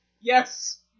Yes